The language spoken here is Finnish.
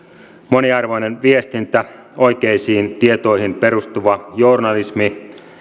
moniarvoinen viestintä oikeisiin tietoihin perustuva journalismi ja